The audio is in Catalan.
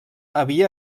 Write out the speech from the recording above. havia